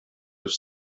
with